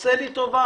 עשה לי טובה,